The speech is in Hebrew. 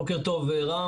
בוקר טוב רם.